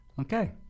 Okay